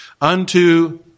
unto